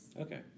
Okay